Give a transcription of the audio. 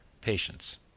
PATIENCE